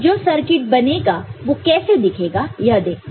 जो सर्किट बनेगा वो कैसे दिखेगा यह देखते हैं